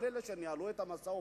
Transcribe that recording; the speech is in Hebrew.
כל אלה שניהלו את המשא-ומתן,